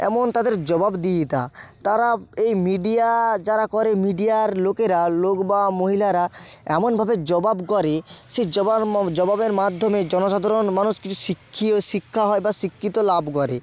এমন তাদের জবাব দিহিতা তারা এই মিডিয়া যারা করে মিডিয়ার লোকেরা লোক বা মহিলারা এমনভাবে জবাব করে সেই জবাব জবাবের মাধ্যমে জনসাধারণ মানুষ কিছু শিক্ষা হয় বা শিক্ষিত লাভ করে